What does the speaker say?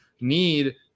need